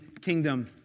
kingdom